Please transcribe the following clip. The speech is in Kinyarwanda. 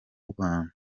rwanda